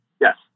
Yes